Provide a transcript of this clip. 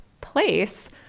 place